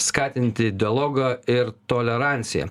skatinti dialogą ir toleranciją